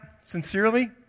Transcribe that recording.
sincerely